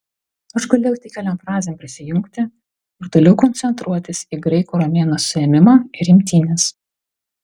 aš galėjau tik keliom frazėm prisijungti ir toliau koncentruotis į graiko romėno suėmimą ir imtynes